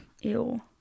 Ew